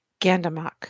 Gandamak